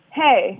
hey